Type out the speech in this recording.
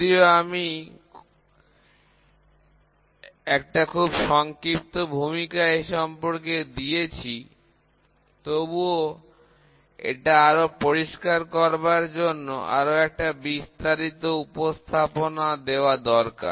যদিও আমি একটা খুব সংক্ষিপ্ত ভূমিকা এ সম্পর্কে দিয়েছি তবুও এটা আরো পরিষ্কার করবার জন্য আরো একটা বিস্তারিত উপস্থাপনা দেওয়া দরকার